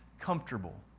comfortable